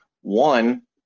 One